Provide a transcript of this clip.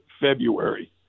February